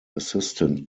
assistant